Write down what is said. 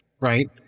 Right